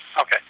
Okay